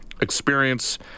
experience